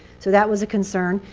so that was a concern.